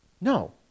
No